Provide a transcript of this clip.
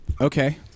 Okay